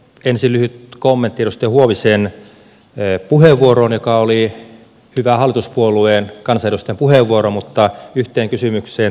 ensin lyhyt kommentti edustaja huovisen puheenvuoroon joka oli hyvä hallituspuolueen kansanedustajan puheenvuoro yhteen kysymykseen tässä kommentti